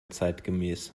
zeitgemäß